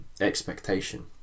expectation